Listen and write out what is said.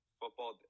football